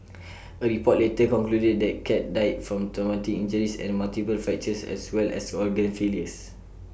A report later concluded the cat died from traumatic injuries and multiple fractures as well as organ failures